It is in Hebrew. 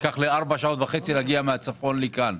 לקח לי ארבע שעות וחצי להגיע מהצפון לכאן.